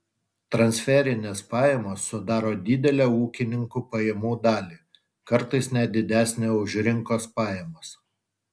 transferinės pajamos sudaro didelę ūkininkų pajamų dalį kartais net didesnę už rinkos pajamas